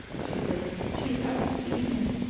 she said. she is out for the evening.